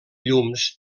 llums